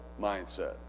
mindset